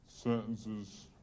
sentences